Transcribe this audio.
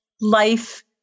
life